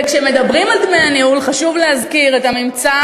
וכשמדברים על דמי הניהול חשוב להזכיר את הממצא